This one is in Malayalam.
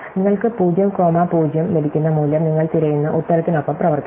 നിങ്ങൾക്ക് 0 കോമ 0 ലഭിക്കുന്ന മൂല്യം നിങ്ങൾ തിരയുന്ന ഉത്തരത്തിനൊപ്പം പ്രവർത്തിക്കുന്നു